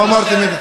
לא אמרתי.